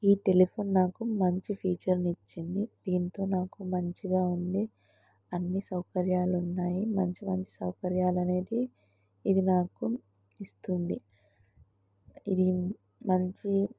ఈ టెలిఫోన్ నాకు మంచి ఫీచర్ని ఇచ్చింది దీంతో నాకు మంచిగా ఉంది అన్ని సౌకర్యాలు ఉన్నాయి మంచి మంచి సౌకర్యాలు అనేవి ఇది నాకు ఇస్తుంది ఇది మంచి